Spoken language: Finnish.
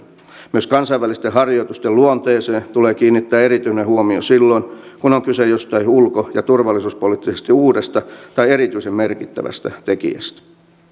myös kansainvälisten harjoitusten luonteeseen tulee kiinnittää erityinen huomio silloin kun on kyse jostain ulko ja turvallisuuspoliittisesti uudesta tai erityisen merkittävästä tekijästä